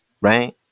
right